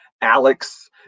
Alex